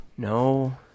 No